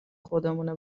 خودمونه